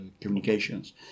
communications